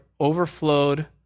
overflowed